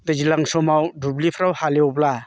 दैज्लां समाव दुब्लिफ्राव हालेवब्ला